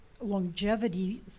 longevity